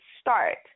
start